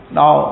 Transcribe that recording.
now